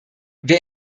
wer